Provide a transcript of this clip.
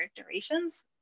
durations